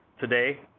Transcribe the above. Today